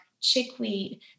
chickweed